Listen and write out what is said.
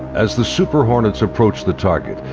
as the super hornets approach the target,